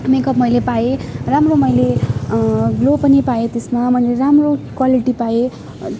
makeup मैले पाएँ राम्रो मैले ग्लो पनि पाएँ त्यसमा मैले राम्रो क्वालिटी पाएँ